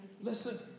Listen